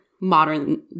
modern